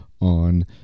on